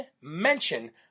mention